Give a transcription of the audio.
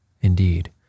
indeed